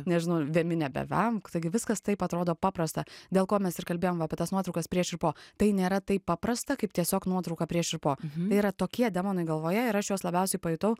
nežinau vemi nebevemk taigi viskas taip atrodo paprasta dėl ko mes ir kalbėjom apie tas nuotraukas prieš ir po tai nėra taip paprasta kaip tiesiog nuotrauka prieš ir po tai yra tokie demonai galvoje ir aš juos labiausiai pajutau